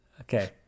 okay